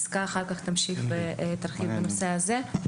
יסכה אחר כך תמשיך ותרחיב בנושא הזה.